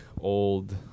old